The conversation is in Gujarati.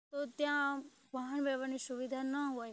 તો ત્યાં વાહન વ્યવહારની સુવિધા ન હોય